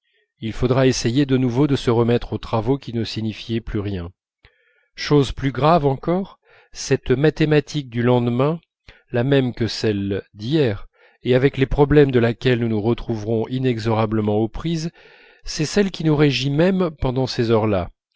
il faudra essayer de nouveau de se remettre aux travaux qui ne signifiaient plus rien chose plus grave encore cette mathématique du lendemain la même que celle d'hier et avec les problèmes de laquelle nous nous retrouverons inexorablement aux prises c'est celle qui nous régit même pendant ces heures là